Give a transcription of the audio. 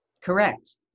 Correct